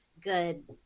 good